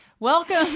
Welcome